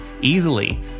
easily